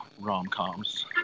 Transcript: rom-coms